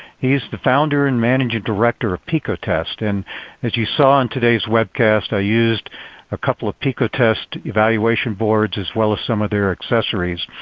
he is the founder and manager director of picotest. and as you saw in today's webcast, i used a couple of picotest evaluation boards as well as some of their accessories.